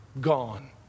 gone